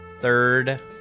third